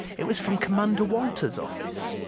it was from commander walters' office.